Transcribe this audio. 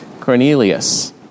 Cornelius